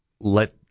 let